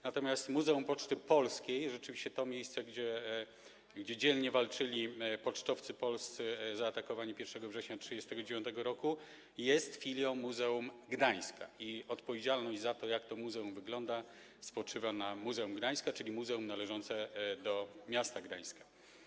Natomiast Muzeum Poczty Polskiej, rzeczywiście to miejsce, gdzie dzielnie walczyli pocztowcy polscy zaatakowani 1 września 1939 r., jest filią Muzeum Gdańska i odpowiedzialność za to, jak to muzeum wygląda, spoczywa na Muzeum Gdańska, czyli muzeum należące do miasta Gdańska.